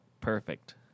perfect